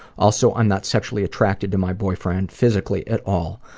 also i'm not sexually attracted to my boyfriend physically at all.